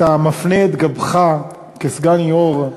אתה מפנה את גבך כסגן יושב-ראש.